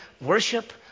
worship